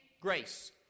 grace